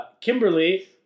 Kimberly